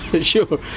sure